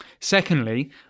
Secondly